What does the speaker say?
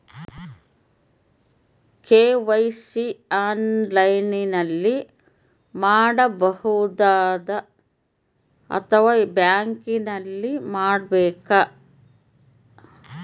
KYC ಆನ್ಲೈನಲ್ಲಿ ಮಾಡಬಹುದಾ ಅಥವಾ ಬ್ಯಾಂಕಿನಲ್ಲಿ ಮಾಡ್ಬೇಕಾ?